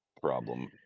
problem